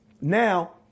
Now